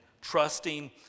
trusting